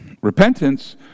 Repentance